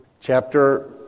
Chapter